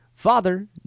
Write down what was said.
Father